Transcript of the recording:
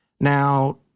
Now